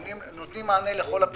נותנים מענה לכל הפניות,